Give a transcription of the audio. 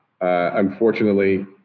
unfortunately